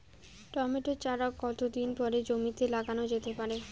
Tomato চারা কতো দিন পরে জমিতে লাগানো যেতে পারে?